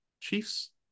Chiefs